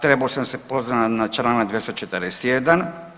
Trebao sam se pozvati na članak 241.